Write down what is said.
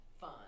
fun